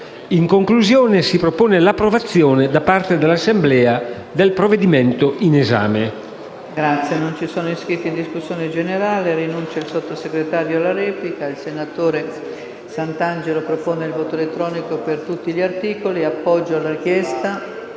In conclusione, si propone l'approvazione da parte dell'Assemblea del provvedimento in esame.